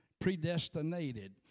predestinated